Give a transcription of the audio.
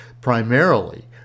primarily